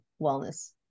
wellness